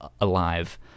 alive